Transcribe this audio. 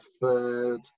third